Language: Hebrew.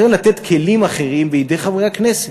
כלים אחרים בידי חברי הכנסת.